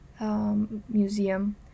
museum